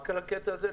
רק על הקטע הזה?